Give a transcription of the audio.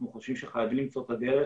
אנחנו חושבים שחייבים למצוא את הדרך